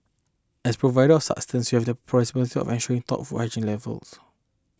as providers sustenance you have to responsibility of ensuring top food hygiene levels